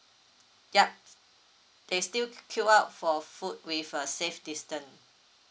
yup they still queue up for food with a safe distance